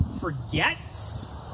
forgets